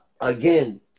again